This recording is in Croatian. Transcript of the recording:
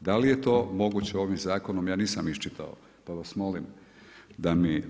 Da li je to moguće ovim zakonom, ja nisam iščitao, pa vas molim